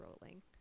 rolling